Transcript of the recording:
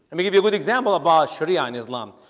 me give you a good example about sharia in islam.